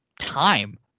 time